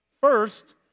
First